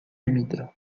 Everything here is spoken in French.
humide